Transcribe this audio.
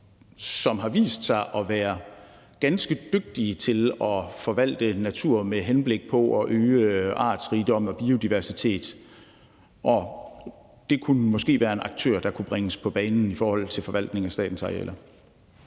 som har vist sig at være ganske dygtige til at forvalte natur med henblik på at øge artsrigdom og biodiversitet, og det kunne måske være en aktør, der kunne bringes på bane i forhold til forvaltning af statens arealer.